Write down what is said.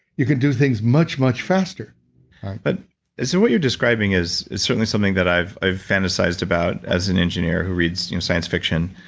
you can do things much, much faster but so what you're describing is is certainly something that i've i've fantasized about as an engineer who reads science fiction.